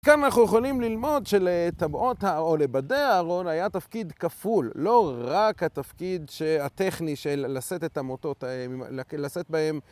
כאן אנחנו יכולים ללמוד שלטבעות או לבדי הארון היה תפקיד כפול, לא רק התפקיד הטכני של לשאת את המוטות, לשאת בהם.